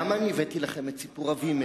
אבל למה הבאתי לכם את סיפור אבימלך?